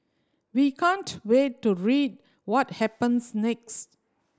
we can't wait to read what happens next